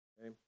okay